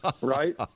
right